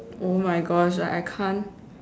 oh my gosh like I can't